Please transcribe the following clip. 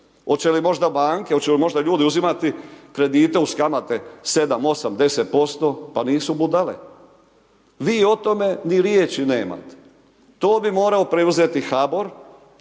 Hoće li možda banke, hoće li možda ljudi uzimati kredite uz kamate 7, 8, 10% pa nisu budale. Vi o tome ni riječi nema. To bi morao preuzeti HBOR,